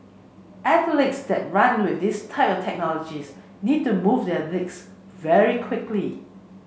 athletes that run with this type of technologies need to move their legs very quickly